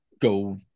go